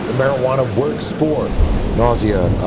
marijuana works for nausea,